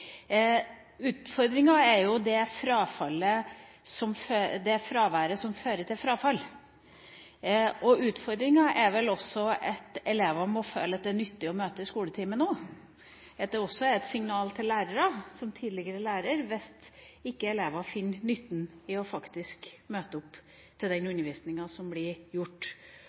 utfordringa er det fraværet som fører til frafall, og utfordringa er vel også at elevene må føle at det er nyttig å møte i skoletimen, at det er et signal til lærerne – som tidligere lærer – hvis ikke elevene finner nytten i faktisk å møte opp til den undervisninga som blir